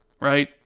right